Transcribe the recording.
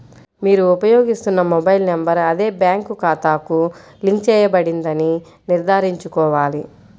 మీరు ఉపయోగిస్తున్న mobile number అదే బ్యాంక్ ఖాతాకు లింక్ చేయబడిందని నిర్ధారించుకోవాలి